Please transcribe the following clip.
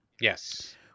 Yes